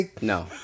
No